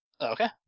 Okay